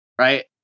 right